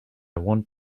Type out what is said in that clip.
want